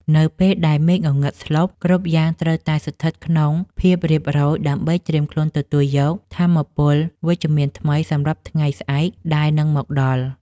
នៅពេលដែលមេឃងងឹតស្លុបគ្រប់យ៉ាងត្រូវតែស្ថិតក្នុងភាពរៀបរយដើម្បីត្រៀមខ្លួនទទួលយកថាមពលវិជ្ជមានថ្មីសម្រាប់ថ្ងៃស្អែកដែលនឹងមកដល់។